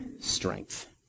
strength